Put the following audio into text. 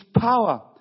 power